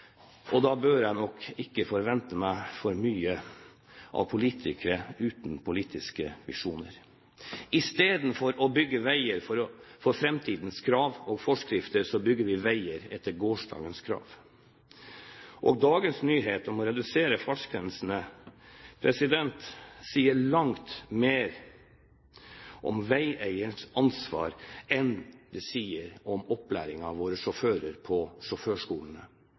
det. Da bør jeg nok ikke vente meg for mye av politikere uten politiske visjoner. Istedenfor å bygge veier for framtidens krav og forskrifter bygger vi veier etter gårsdagens krav. Dagens nyhet om å redusere fartsgrensene sier langt mer om veieierens ansvar enn den sier om opplæringen av våre sjåfører på sjåførskolene.